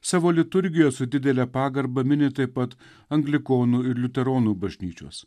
savo liturgija su didele pagarba mini taip pat anglikonų ir liuteronų bažnyčios